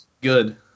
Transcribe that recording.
Good